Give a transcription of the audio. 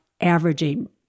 averaging